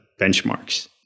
benchmarks